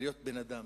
להיות בן-אדם.